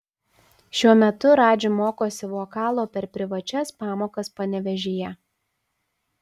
šiuo metu radži mokosi vokalo per privačias pamokas panevėžyje